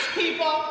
people